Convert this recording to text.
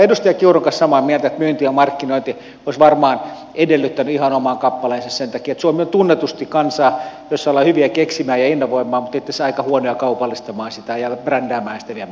olen edustaja kiurun kanssa samaa mieltä että myynti ja markkinointi olisivat varmaan edellyttäneet ihan oman kappaleensa sen takia että suomi on tunnetusti kansa jossa ollaan hyviä keksimään ja innovoimaan mutta itse asiassa aika huonoja kaupallistamaan sitä ja brändäämään ja sitten viemään maailmalle